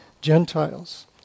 Gentiles